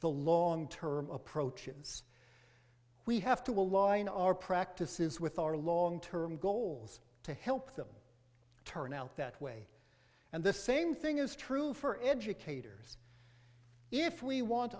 the long term approaches we have to align our practices with our long term goals to help them turn out that way and the same thing is true for educators if we want